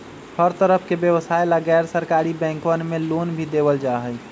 हर तरह के व्यवसाय ला गैर सरकारी बैंकवन मे लोन भी देवल जाहई